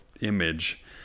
image